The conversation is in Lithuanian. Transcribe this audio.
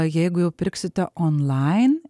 jeigu jau pirksite onlain